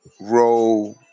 roll